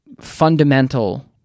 fundamental